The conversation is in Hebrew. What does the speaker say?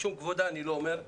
משום כבודה אני לא אומר את שמה,